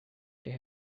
they